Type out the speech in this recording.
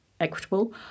equitable